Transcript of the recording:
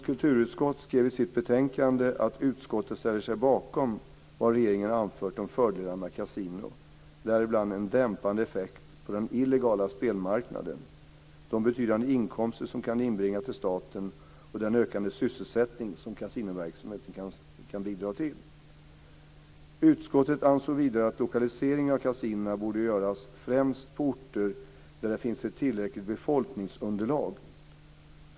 1998/99:KrU11 att utskottet ställer sig bakom vad regeringen anfört om fördelarna med kasino, däribland en dämpande effekt på den illegala spelmarknaden, de betydande inkomster som kan inbringas till staten och den ökande sysselsättning som kasinoverksamheten kan bidra till. Utskottet ansåg vidare att lokaliseringen av kasinona borde göras främst på orter där det finns ett tillräckligt befolkningsunderlag.